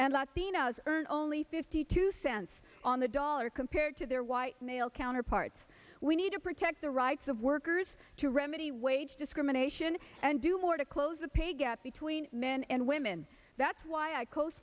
earn only fifty two cents on the dollar compared to their white male counterparts we need to protect the rights of workers to remedy wage discrimination and do more to close the pay gap between men and women that's why i c